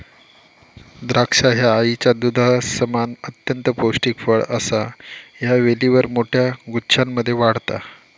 द्राक्षा ह्या आईच्या दुधासमान अत्यंत पौष्टिक फळ असा ह्या वेलीवर मोठ्या गुच्छांमध्ये वाढता